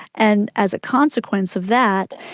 and, as a consequence of that,